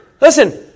listen